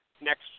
Next